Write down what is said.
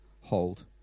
hold